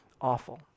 awful